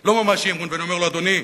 זה לא ממש אי-אמון, ואני אומר לו: אדוני,